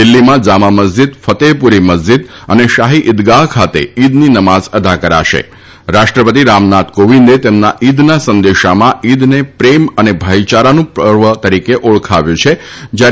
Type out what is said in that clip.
દિલ્હીમાં જામા મસ્જીદ ફતેહપુરી મસ્જીદ અને શાહી ઈદગાહ ખાતે ઈદની નમાઝ અદા કરાશે રામનાથ કોવિંદે તેમના ઈદના સંદેશામાં ઈદને પ્રેમ ભાઈચારો અને સેવાનું પર્વ તરીકે ઓળખાવ્યું છેશ્યારે